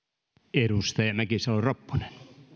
edustaja mäkisalo ropponen